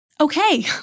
okay